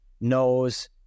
knows